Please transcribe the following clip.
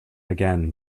again